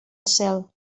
cel